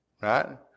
right